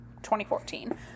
2014